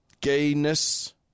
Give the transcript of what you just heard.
gayness